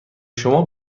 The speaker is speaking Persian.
شما